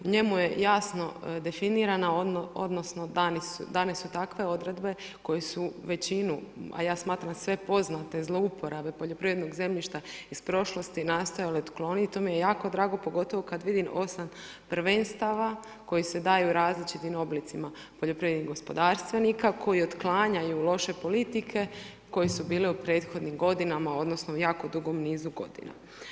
U njemu je jasno definirana odnosno dane su takve odredbe koje su većinu a ja smatram sve poznate zlouporabe poljoprivrednog zemljišta iz prošlosti nastojale otklonit, to mi je jako drago pogotovo kad vidim 8 prvenstava koji se daju različitim oblicima poljoprivrednih gospodarstvenika koji otklanjanju loše politike koje su bile u prethodnim godinama odnosno u jako dugom nizu godina.